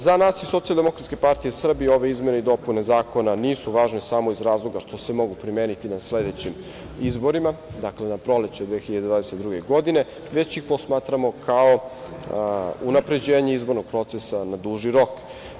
Za nas iz SDPS ove izmene i dopune zakona nisu važne samo iz razloga što se mogu primeniti na sledećim izborima, dakle na proleće 2022. godine, već to smatramo kao unapređenje izbornog procesa na duži rok.